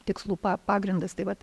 tikslų pa pagrindas tai vat